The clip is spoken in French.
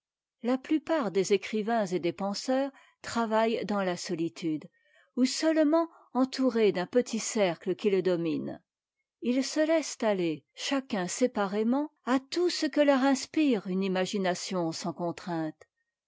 la plupart des écrivains et des penseurs travaillent dans la solitude ou seulement entourés d'un petit cercle qu'ils dominent ils se laissent aller chacun séparément à tout ce que leur inspire une imagination sans contrainte